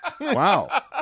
wow